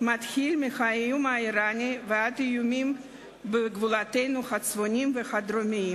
מהאיום האירני ועד האיומים בגבולותינו הצפוניים והדרומיים,